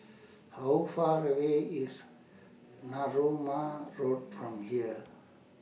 How Far away IS Narooma Road from here